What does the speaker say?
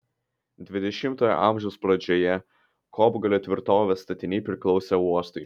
dvidešimtojo amžiaus pradžioje kopgalio tvirtovės statiniai priklausė uostui